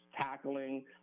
tackling